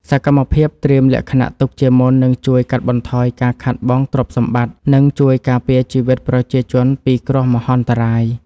សកម្មភាពត្រៀមលក្ខណៈទុកជាមុននឹងជួយកាត់បន្ថយការខាតបង់ទ្រព្យសម្បត្តិ និង ជួយការពារជីវិតប្រជាជនពីគ្រោះមហន្តរាយ។